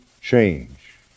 change